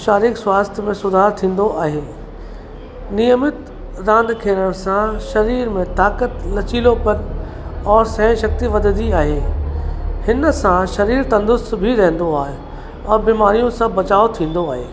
शारीरिक स्वास्थय में सुधार थींदो आहे नियमित रांदि खेॾण सां शरीर में ताक़त लचीलोपन और सहनशक्ति वधदी आहे हिन सां शरीर तंदुरुस्त बि रहंदो आहे औरि बीमारियूं सां बचाउ थींदो आहे